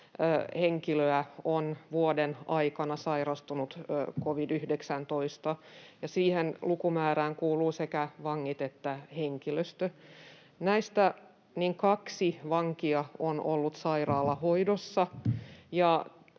henkilöä on vuoden aikana sairastunut covid-19:ään, ja siihen lukumäärään kuuluvat sekä vangit että henkilöstö. Näistä kaksi vankia on ollut sairaalahoidossa,